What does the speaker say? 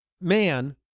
man